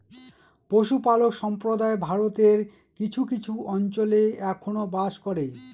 পশুপালক সম্প্রদায় ভারতের কিছু কিছু অঞ্চলে এখনো বাস করে